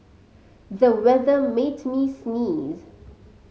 the weather made me sneeze